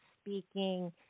speaking